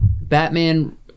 Batman